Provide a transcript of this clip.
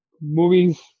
movies